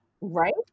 Right